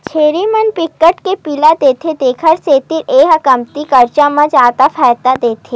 छेरी मन बिकट के पिला देथे तेखर सेती ए ह कमती खरचा म जादा फायदा देथे